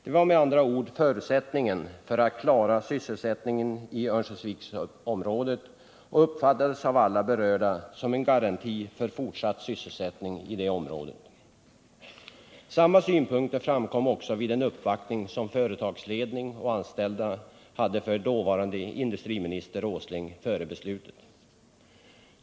Det var med andra ord förutsättningen för att klara sysselsättningen i Örnsköldsviksområdet och uppfattades av alla berörda som en garanti för fortsatt sysselsättning i detta område. Samma synpunkter framkom också vid en uppvaktning som företagsledning och anställda gjorde hos den dåvarande industriministern Åsling före beslutet.